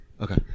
okay